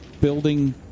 building